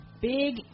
big